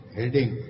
Heading